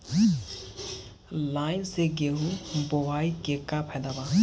Line से गेहूं बोआई के का फायदा बा?